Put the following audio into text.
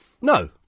No